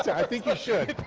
i think you should.